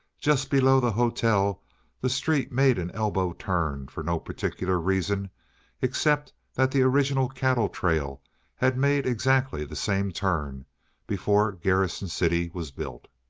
just below the hotel the street made an elbow-turn for no particular reason except that the original cattle trail had made exactly the same turn before garrison city was built.